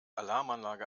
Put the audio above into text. alarmanlage